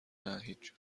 نه، هیچ